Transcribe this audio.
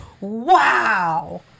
Wow